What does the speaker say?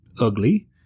ugly